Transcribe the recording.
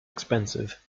expensive